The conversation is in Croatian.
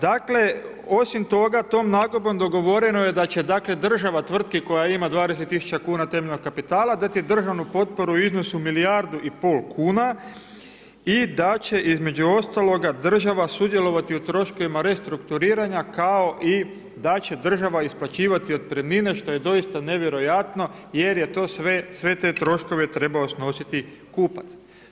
Dakle, osim toga tom nagodbom dogovoreno je da će, dakle država tvrtki koja ima 20 000 kuna temeljnog kapitala dati državnu potporu u iznosu od milijardu i pol kuna i da će između ostaloga država sudjelovati u troškovima restrukturiranja kao i da će država isplaćivati otpremnine što je doista nevjerojatno jer je to sve te troškove trebao snositi kupac.